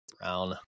brown